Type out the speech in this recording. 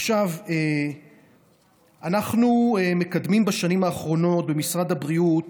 עכשיו, אנחנו מקדמים בשנים האחרונות במשרד הבריאות